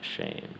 shamed